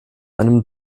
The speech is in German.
einem